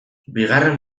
bigarren